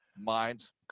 minds